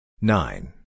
nine